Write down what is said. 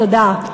תודה.